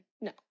no